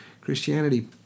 Christianity